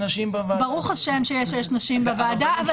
ברוך השם שיש שש נשים בוועדה,